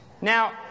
Now